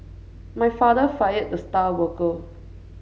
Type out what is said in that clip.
my father fired the star worker